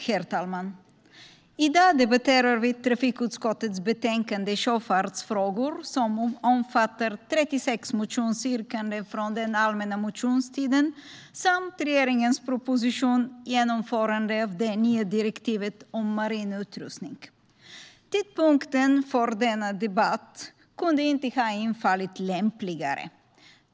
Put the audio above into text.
Herr talman! I dag debatterar vi trafikutskottets betänkande Sjöfartsfrågor , som omfattar 36 motionsyrkanden från den allmänna motionstiden, och regeringens proposition Genomförande av det nya direktivet om marin utrustning . Tidpunkten för denna debatt kunde inte ha infallit lämpligare.